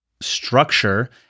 structure